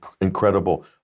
incredible